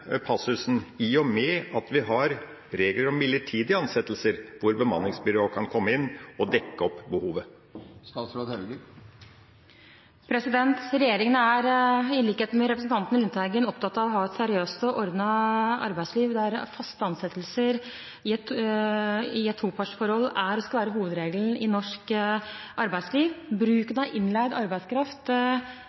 passusen, i og med at vi har regler om midlertidige ansettelser der bemanningsbyråer kan komme inn og dekke behovet? Regjeringen er i likhet med representanten Lundteigen opptatt av å ha et seriøst og ordnet arbeidsliv der faste ansettelser i et topartsforhold skal være hovedretningen i norsk arbeidsliv. Bruk av innleid arbeidskraft